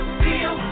feel